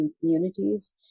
communities